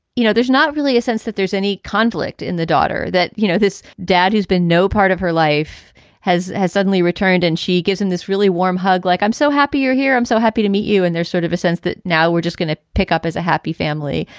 you know, there's not really a sense that there's any conflict in the daughter that, you know, this dad who's been no part of her life has has suddenly returned and she gives him this really warm hug like, i'm so happy you're here. i'm so happy to meet you. and there's sort of a sense that now we're just going to pick up as a happy family.